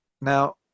now